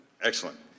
Excellent